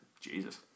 Jesus